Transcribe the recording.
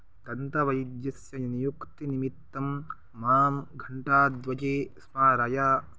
दन्तवैद्यस्य नियुक्तिनिमित्तं मां घण्टाद्वये स्मारय